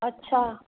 अछा